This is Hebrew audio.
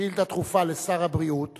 שאילתא דחופה לשר הבריאות